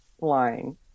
line